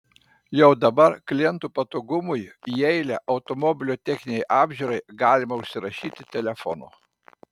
jau dabar klientų patogumui į eilę automobilio techninei apžiūrai galima užsirašyti telefonu